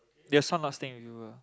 your son not staying with you ah